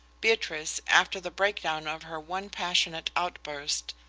beatrice, after the breakdown of her one passionate outburst,